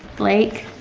blake,